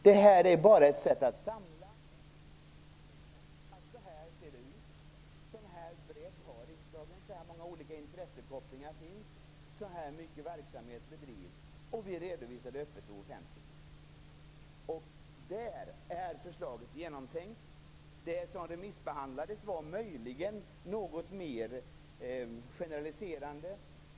Det här är bara ett sätt att samla uppgifter och tydliggöra: Så här ser det ut, en sådan här bredd har riksdagen, så här många intressekopplingar finns det, så här mycket verksamhet bedrivs och vi redovisar det öppet och offentligt. Förslaget är genomtänkt. Det som remissbehandlades var möjligen något mer generellt.